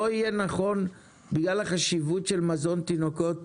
לא יהיה נכון בגלל החשיבות של מזון תינוקות,